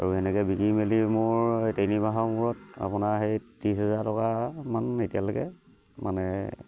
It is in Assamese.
আৰু সেনেকে বিক্ৰী মেলি মোৰ এই তিনিমাহৰ মূৰত আপোনাৰ সেই ত্ৰিছ হোজাৰ টকা মান এতিয়ালৈকে মানে